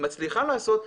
מצליחה לעשות.